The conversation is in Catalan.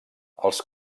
els